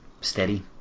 steady